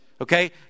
Okay